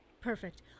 Perfect